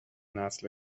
نسل